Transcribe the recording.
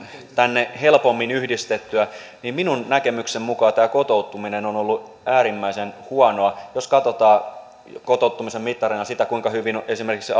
tänne helpommin yhdistettyä minun näkemykseni mukaan tämä kotoutuminen on ollut äärimmäisen huonoa jos katsotaan kotouttamisen mittareina sitä kuinka hyvin esimerkiksi